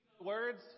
words